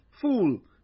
fool